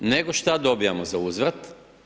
Nego šta dobijemo zauzvrat?